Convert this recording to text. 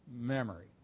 memory